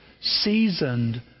seasoned